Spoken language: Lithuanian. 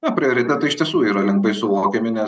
jo prioritetai iš tiesų yra lengvai suvokiami nes